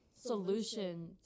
solution